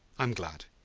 i am glad.